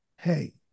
Hey